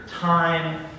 time